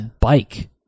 bike